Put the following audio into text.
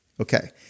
Okay